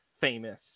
famous